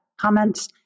comments